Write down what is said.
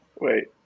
Wait